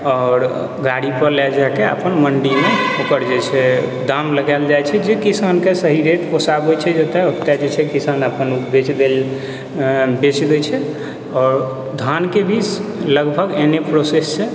आओर गाड़ी पर लए जाइ के अपन मण्डीमे ओकर जे छै दाम लगायल जाइ छै जे किसानके सही रेट ओतय किसान अपन बेच लै छै आओर धानके भी लगभग एहने प्रोसेस छै